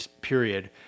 period